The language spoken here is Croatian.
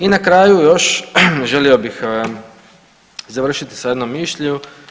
I na kraju još želio bih završiti sa jednom mišlju.